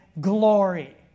glory